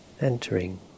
entering